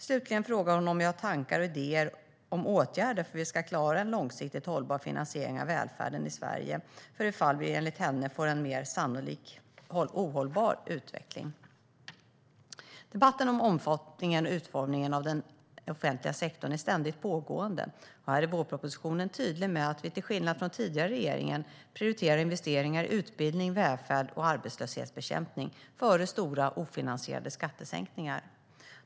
Slutligen frågar hon om jag har tankar och idéer om åtgärder för hur vi ska klara en långsiktigt hållbar finansiering av välfärden i Sverige, för det fall vi får en enligt henne mer sannolik ohållbar utveckling. Debatten om omfattningen och utformningen av den offentliga sektorn är ständigt pågående, och här är vårpropositionen tydlig med att vi till skillnad från tidigare regering prioriterar investeringar i utbildning, välfärd och arbetslöshetsbekämpning före stora ofinansierade skattesänkningar.